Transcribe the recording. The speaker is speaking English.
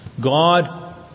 God